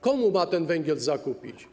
Komu ma ten węgiel zakupić?